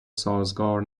سازگار